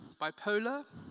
bipolar